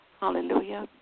Hallelujah